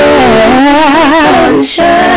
Sunshine